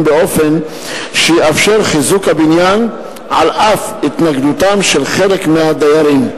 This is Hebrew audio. באופן שיאפשר חיזוק הבניין על אף התנגדותם של חלק מהדיירים.